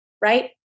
right